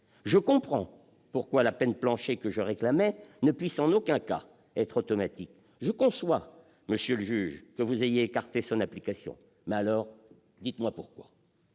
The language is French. je comprends pourquoi la peine plancher que je réclamais ne peut en aucun cas être automatique ; je conçois, monsieur le juge, que vous ayez écarté son application, mais dites-moi pourquoi